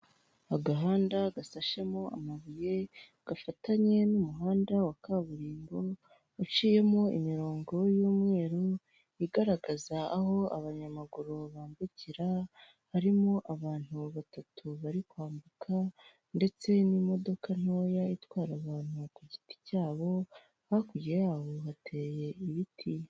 Kayibanda Gereguwari Perezida wa mbere w'u Rwanda, aho yabaye Perezida guhera mugihumbi kimwe maganacyenda mirongo itandatu na kabiri, kugeza mugihumbi kimwe maganacyenda na mirongo irindwi naga gatatu, yayoboye u' Rwanda rukibona ubwigenge barukuye mu maboko y'ababiligi.